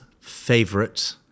favorite